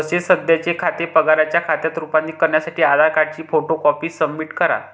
तसेच सध्याचे खाते पगाराच्या खात्यात रूपांतरित करण्यासाठी आधार कार्डची फोटो कॉपी सबमिट करा